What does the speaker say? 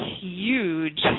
huge